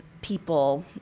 people